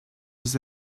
was